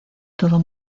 todo